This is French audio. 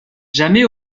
jamais